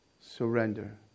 surrender